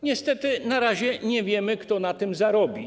Niestety, na razie nie wiemy, kto na niej zarobi.